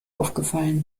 aufgefallen